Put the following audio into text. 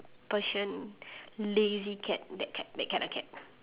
persian lazy cat that cat that kind of cat